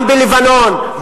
גם בלבנון,